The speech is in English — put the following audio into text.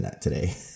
today